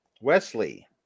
Wesley